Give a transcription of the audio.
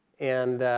and